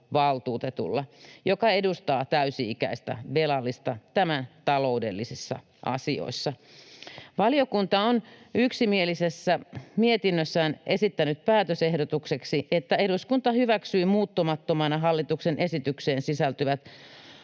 joka edustaa täysi-ikäistä velallista tämän taloudellisissa asioissa. Valiokunta on yksimielisessä mietinnössään esittänyt päätösehdotukseksi, että eduskunta hyväksyisi muuttamattomina hallituksen esitykseen sisältyvät